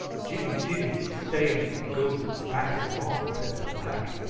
jimmy-jimmy say um goes back along, said the black.